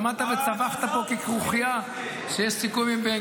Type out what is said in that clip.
עמדת וצווחת פה ככרוכיה -- תעזוב.